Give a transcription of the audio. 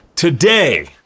Today